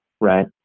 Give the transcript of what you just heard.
right